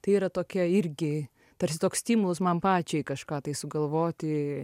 tai yra tokia irgi tarsi toks stimulas man pačiai kažką tai sugalvoti